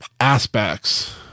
aspects